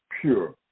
pure